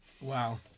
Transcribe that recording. Wow